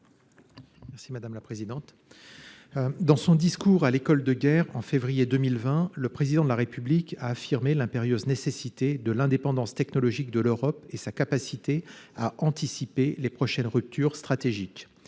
Merci madame la présidente. Dans son discours à l'école de guerre en février 2020, le président de la République, a affirmé l'impérieuse nécessité de l'indépendance technologique de l'Europe et sa capacité à anticiper les prochaines rupture stratégique.